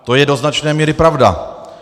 To je do značné míry pravda.